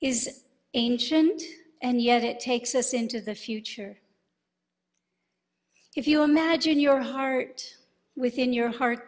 is ancient and yet it takes us into the future if you imagine your heart within your heart